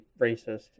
racist